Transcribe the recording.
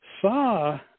saw